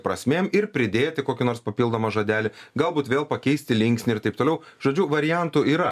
prasmėm ir pridėti kokį nors papildomą žodelį galbūt vėl pakeisti linksnį ir taip toliau žodžiu variantų yra